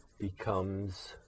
becomes